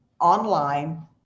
online